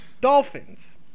dolphins